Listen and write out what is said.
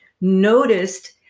noticed